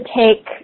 take